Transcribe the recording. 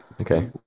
Okay